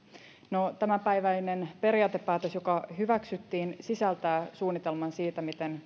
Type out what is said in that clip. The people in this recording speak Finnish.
no tämänpäiväinen periaatepäätös joka hyväksyttiin sisältää suunnitelman siitä miten